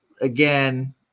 again –